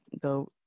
go